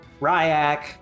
Ryak